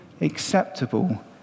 acceptable